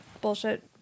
bullshit